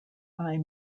eye